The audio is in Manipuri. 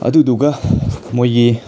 ꯑꯗꯨꯗꯨꯒ ꯃꯣꯏꯒꯤ